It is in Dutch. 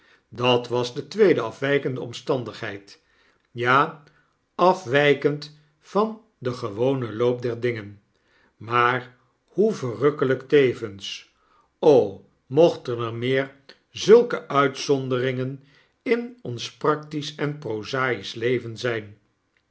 dat was de tweede afwykende omstandigheid ja afwijkend van den gewonen loop der dingen maar hoe verrukkeljjk tevens mochten er meer zulke uitzonderingen in ons practisch en prozaisch leven zijn